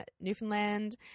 newfoundland